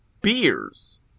beers